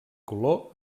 color